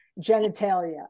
genitalia